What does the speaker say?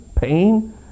pain